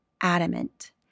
adamant